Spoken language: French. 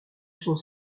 son